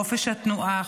חופש התנועה,